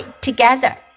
together